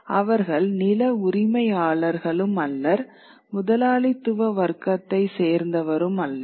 அவர்கள் நில உரிமையாளர்களும் அல்லர் முதலாளித்துவ வர்க்கத்தை சேர்ந்தவரும் அல்லர்